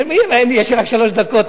יש לי רק שלוש דקות.